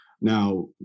Now